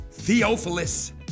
Theophilus